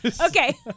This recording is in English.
Okay